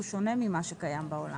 הוא שונה ממה שקיים בעולם.